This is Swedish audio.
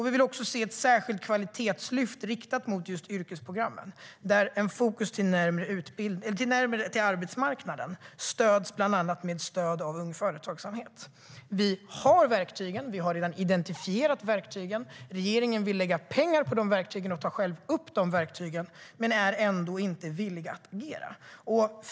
Vi vill också se ett särskilt kvalitetslyft riktat mot just yrkesprogrammen, där ett fokus på koppling till arbetsmarknaden stöds med bland annat Ung Företagsamhet. Vi har redan identifierat verktygen, och regeringen vill både lägga pengar på dessa verktyg och tar själv upp dem. Ändå är man inte villig att agera.